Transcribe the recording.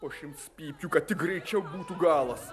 po šimts pypkių kad tik greičiau būtų galas